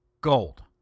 gold